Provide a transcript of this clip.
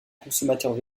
consommateurs